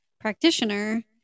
practitioner